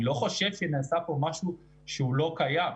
אני לא חושב שנעשה פה משהו שהוא לא קיים.